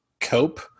cope